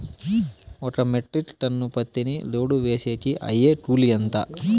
ఒక metric ton పత్తిని load వేసేకి అయ్యే కూలి ఎంత?